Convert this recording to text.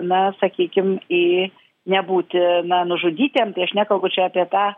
na sakykim į nebūti na nužudytiem tai aš nekalbu čia apie tą